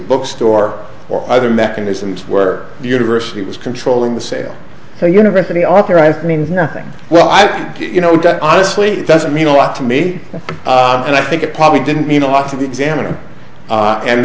bookstore or other mechanisms work the university was controlling the sale so university authorized means nothing well i you know honestly doesn't mean a lot to me and i think it probably didn't mean a lot to the examine